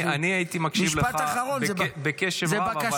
אני הייתי מקשיב לך בקשב רב,